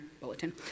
bulletin